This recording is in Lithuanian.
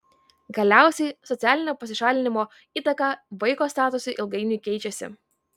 galiausiai socialinio pasišalinimo įtaka vaiko statusui ilgainiui keičiasi